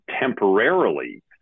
temporarily